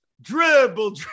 Dribble